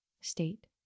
state